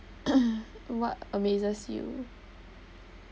what amazes you